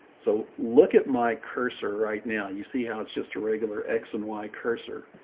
so look at my cursor right now. you see how it's just a regular x and y cursor.